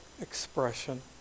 expression